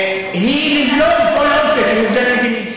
היא לבלום כל אופציה של הסדר מדיני,